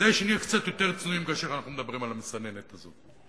כדאי שנהיה קצת יותר צנועים כאשר אנחנו מדברים על המסננת הזאת.